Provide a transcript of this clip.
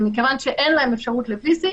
מכיוון שאין להם אפשרות ל-VC,